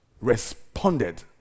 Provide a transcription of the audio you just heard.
responded